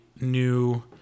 new